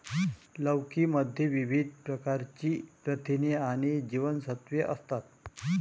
लौकी मध्ये विविध प्रकारची प्रथिने आणि जीवनसत्त्वे असतात